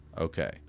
Okay